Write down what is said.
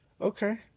Okay